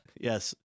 Yes